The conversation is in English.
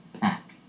pack